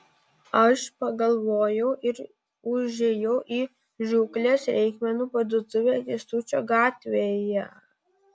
aš pagalvojau ir užėjau į žūklės reikmenų parduotuvę kęstučio gatvėje